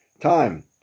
time